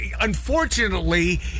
unfortunately